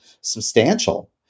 substantial